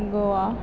Goa